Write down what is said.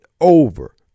over